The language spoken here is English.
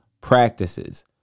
practices